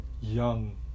young